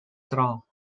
trabajo